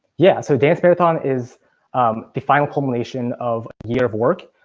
yeah, so dance marathon is um the final culmination of years of work.